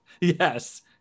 Yes